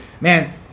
Man